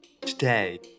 Today